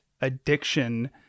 addiction